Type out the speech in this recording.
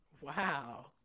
Wow